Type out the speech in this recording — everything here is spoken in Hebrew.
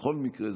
בכל מקרה,